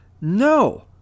No